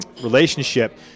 relationship